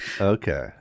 okay